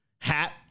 hat